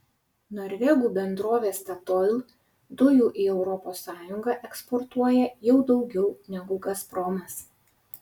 norvegų bendrovė statoil dujų į europos sąjungą eksportuoja jau daugiau negu gazpromas